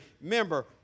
member